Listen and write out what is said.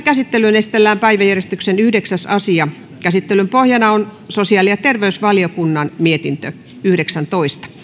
käsittelyyn esitellään päiväjärjestyksen kolmas asia käsittelyn pohjana on sosiaali ja terveysvaliokunnan mietintö yhdeksäntoista